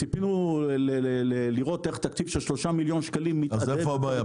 ציפינו לראות איך תקציב של 3 מיליון שקלים -- אז מה הבעיה,